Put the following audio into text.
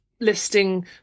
listing